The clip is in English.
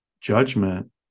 judgment